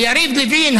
ליריב לוין,